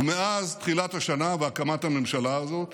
ומאז תחילת השנה והקמת הממשלה הזאת